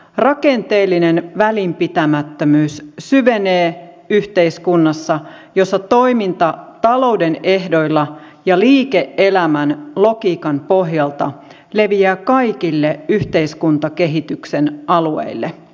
rakenteellinen välinpitämättömyys syvenee yhteiskunnassa jossa toiminta talouden ehdoilla ja liike elämän logiikan pohjalta leviää kaikille yhteiskuntakehityksen alueille